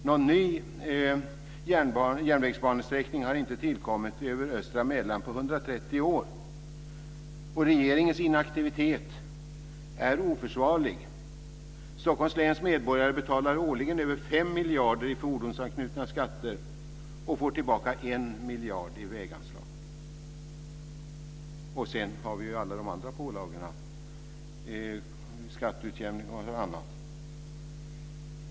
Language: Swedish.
Någon ny järnvägsbanesträckning har inte tillkommit över östra Mälaren på 130 år. Regeringens inaktivitet är oförsvarlig. Stockholms läns medborgare betalar årligen över 5 miljarder i fordonsanknutna skatter och får tillbaka 1 miljard i väganslag. Därtill kommer alla de andra pålagorna i form av skatteutjämning osv.